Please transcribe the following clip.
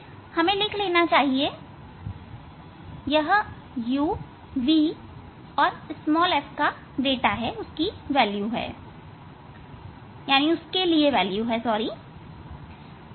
हमें लिख लेना चाहिए यह u v और f का डाटा है